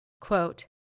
Quote